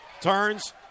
turns